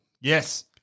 Yes